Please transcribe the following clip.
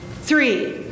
three